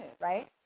right